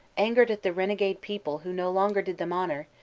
angered at the renegade people who no longer did them honor,